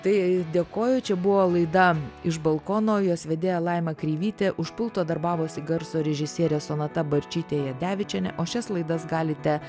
tai dėkoju čia buvo laida iš balkono jos vedėja laima kreivytė už pulto darbavosi garso režisierė sonata barčytė jadevičienė o šias laidas galite